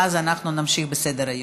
ואז אנחנו נמשיך בסדר-היום.